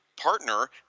partner